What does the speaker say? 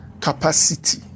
capacity